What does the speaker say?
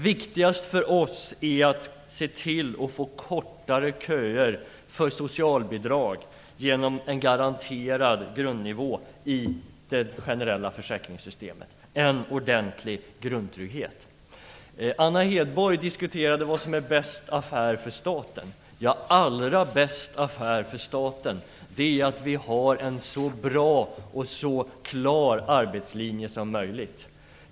Viktigast för oss är att se till att vi får kortare köer för socialbidrag genom en garanterad grundnivå i det generella försäkringssystemet, en ordentlig grundtrygghet. Anna Hedborg diskuterade vad som är bäst affär för staten. Ja, allra bäst affär för staten är att vi har en bra och så klar arbetslinje som möjligt.